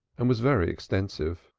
and was very extensive.